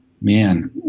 man